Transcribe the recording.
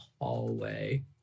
hallway